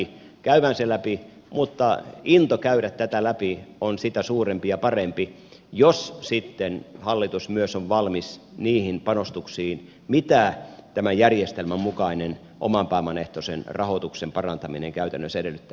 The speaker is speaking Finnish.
käydään se läpi mutta into käydä tätä läpi on suurempi ja parempi jos sitten hallitus myös on valmis niihin panostuksiin mitä tämän järjestelmän mukainen oman pääoman ehtoisen rahoituksen parantaminen käytännössä edellyttää